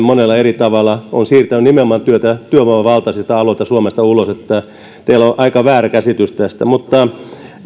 monella eri tavalla ihmisoikeuksien loukkaaminen ovat nimenomaan siirtäneet työtä työvoimavaltaisilta aloilta suomesta ulos joten teillä on aika väärä käsitys tästä